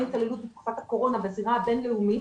התעללות בתקופת הקורונה בזירה הבין-לאומית.